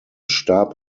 starb